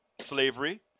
slavery